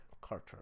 Carter